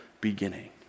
beginning